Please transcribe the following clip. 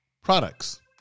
products